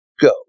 go